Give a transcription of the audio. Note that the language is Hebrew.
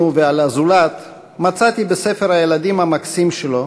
ועל הזולת מצאתי בספר הילדים המקסים שלו,